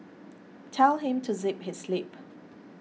tell him to zip his lip